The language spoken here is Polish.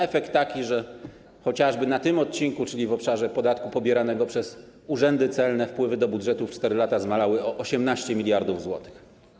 Efekt był taki, że chociażby na tym odcinku, czyli w obszarze podatku pobieranego przez urzędy celne, wpływy do budżetu przez 4 lata zmalały o 18 mld zł.